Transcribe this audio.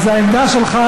אז העמדה שלך,